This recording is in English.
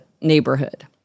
neighborhood